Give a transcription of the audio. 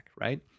Right